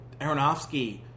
Aronofsky